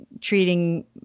treating